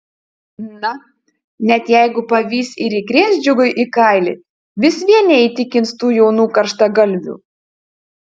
na net jeigu pavys ir įkrės džiugui į kailį vis vien neįtikins tų jaunų karštagalvių